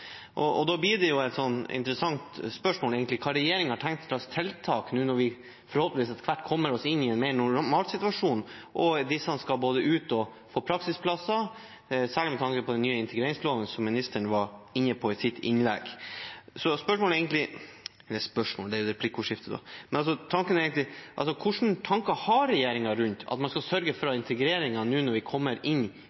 bl.a. språkopplæringen. Da blir det egentlig et interessant spørsmål hva slags tiltak regjeringen har tenkt på nå som vi forhåpentligvis etter hvert kommer i en mer normal situasjon, og disse skal ut og få praksisplasser, særlig med tanke på den nye integreringsloven, som ministeren var inne på i sitt innlegg. Hvilke tanker har regjeringen rundt at man skal sørge for